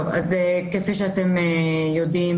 אז כפי שאתם יודעים,